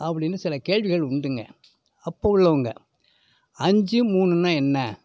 அப்படின்னு சில கேள்விகள் உண்டுங்க அப்போது உள்ளவங்க அஞ்சு மூணுன்னால் என்ன